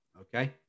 Okay